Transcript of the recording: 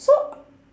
so